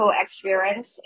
experience